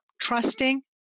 trusting